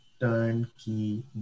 Turnkey